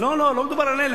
לא מדובר על אלה,